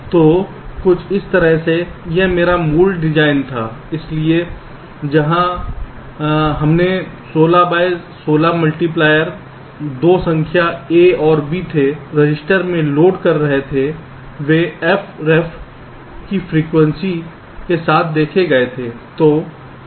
तो कुछ इस तरह से यह मेरा मूल डिजाइन था इसलिए जहां हमने 16 बाय 16 मल्टीप्लायर 2 संख्या A और B थे रजिस्टर में लोड कर रहे थे वे f रेफ की फ्रीक्वेंसी के साथ देखे गए थे